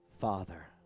Father